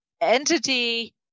Entity